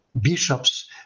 bishops